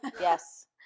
Yes